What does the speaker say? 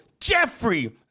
Jeffrey